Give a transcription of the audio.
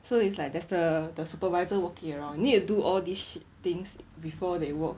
so it's like there's the the supervisor walking around you need to do all these shit things before they walk